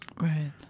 right